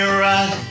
right